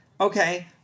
Okay